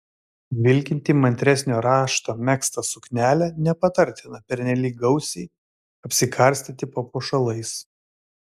vilkint įmantresnio rašto megztą suknelę nepatartina pernelyg gausiai apsikarstyti papuošalais